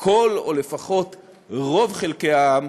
או לפחות רוב, חלקי העם